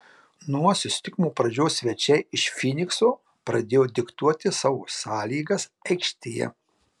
nuo susitikimo pradžios svečiai iš fynikso pradėjo diktuoti savo sąlygas aikštėje